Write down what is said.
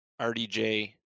RDJ